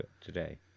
today